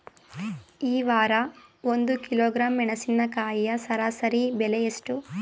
ಈ ವಾರ ಒಂದು ಕಿಲೋಗ್ರಾಂ ಮೆಣಸಿನಕಾಯಿಯ ಸರಾಸರಿ ಬೆಲೆ ಎಷ್ಟು?